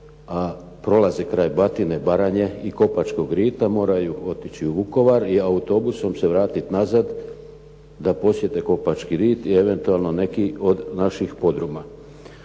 a prolaze kraj Batine, Baranje i Kopačkog rita moraju otići u Vukovar i autobusom se vratiti nazad da posjete Kopački rit i eventualno nekih od naših podruma.